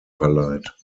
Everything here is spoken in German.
verleiht